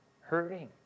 Hurting